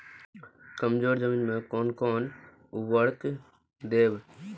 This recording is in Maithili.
कमजोर जमीन में कोन कोन उर्वरक देब?